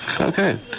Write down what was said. Okay